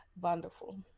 Wonderful